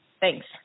Thanks